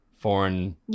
foreign